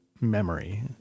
memory